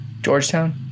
Georgetown